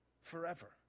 Forever